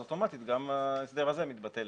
אוטומטית גם ההסדר הזה מתבטל.